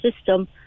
system